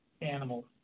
animals